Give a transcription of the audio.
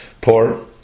poor